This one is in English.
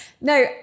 No